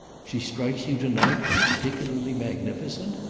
she strikes you to-night as particularly magnificent?